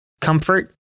comfort